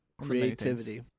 Creativity